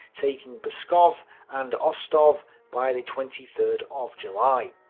taking but pskov and ostov by the twenty third of july.